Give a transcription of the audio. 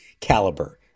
caliber